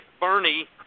Bernie